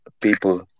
people